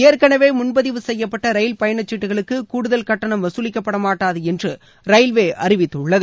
ஏற்கனவே முன்பதிவு செய்யப்பட்ட ரயில் பயணச்சீட்டுகளுக்கு கூடுதல் கட்டணம் வசூலிக்கப்பட மாட்டாது என்று ரயில்வே அறிவித்துள்ளது